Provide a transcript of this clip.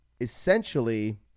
essentially